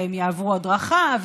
והם יעברו הדרכה,